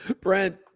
Brent